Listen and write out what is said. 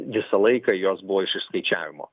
visą laiką jos buvo iš išskaičiavimo